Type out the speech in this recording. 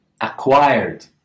acquired